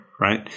right